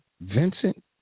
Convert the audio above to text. Vincent